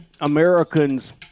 Americans